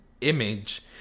image